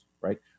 right